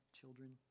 children